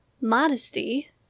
Modesty